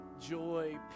joy